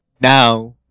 Now